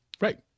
Right